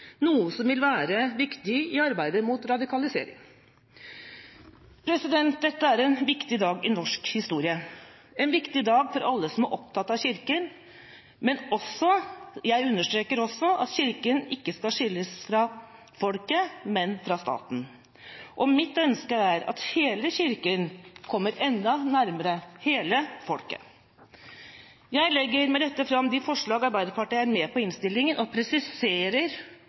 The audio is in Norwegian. noe som vil være viktig i arbeidet mot radikalisering. Dette er en viktig dag i norsk historie, en viktig dag for alle som er opptatt av Kirken, men den er også – jeg understreker også – viktig for at Kirken ikke skal skilles fra folket, men fra staten. Mitt ønske er at hele Kirken kommer enda nærmere hele folket. Jeg tar med dette opp de forslag Arbeiderpartiet er med på i innstillingen, og presiserer